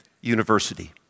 University